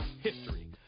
history